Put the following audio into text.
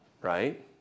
right